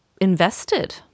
invested